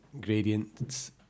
gradients